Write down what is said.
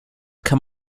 kann